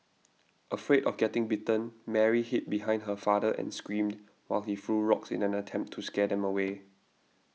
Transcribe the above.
afraid of getting bitten Mary hid behind her father and screamed while he threw rocks in an attempt to scare them away